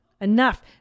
Enough